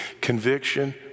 conviction